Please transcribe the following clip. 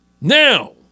now